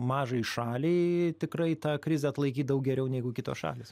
mažai šaliai tikrai tą krizę atlaikyt daug geriau negu kitos šalys